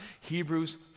Hebrews